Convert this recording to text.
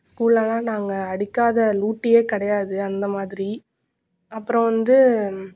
ஸ்கூல்லெலாம் நாங்கள் அடிக்காத லூட்டியே கிடையாது அந்த மாதிரி அப்புறோம் வந்து